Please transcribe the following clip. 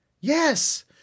Yes